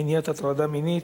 מניעת הטרדה מינית,